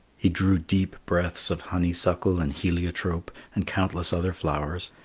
he drew deep breaths of honeysuckle and heliotrope and countless other flowers,